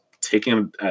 taking